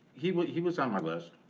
he but he was on my list.